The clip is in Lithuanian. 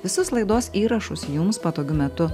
visus laidos įrašus jums patogiu metu